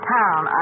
town